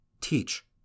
teach